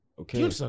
Okay